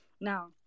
Now